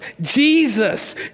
Jesus